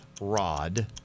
rod